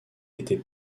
était